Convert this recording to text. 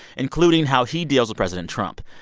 including how he deals with president trump,